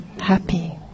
happy